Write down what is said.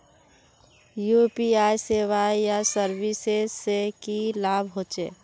UPI सेवाएँ या services से की लाभ होचे?